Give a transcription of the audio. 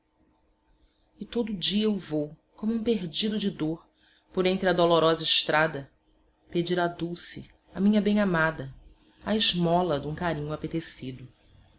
e todo o dia eu vou como um perdido de dor por entre a dolorosa estrada pedir a dulce a minha bem amada a esmola dum carinho apetecido